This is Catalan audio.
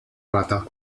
rata